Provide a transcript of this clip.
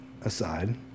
aside